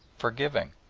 forgiving,